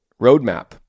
roadmap